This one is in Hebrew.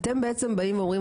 אתם בעצם באים ואומרים,